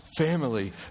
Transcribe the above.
Family